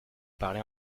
parlez